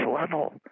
level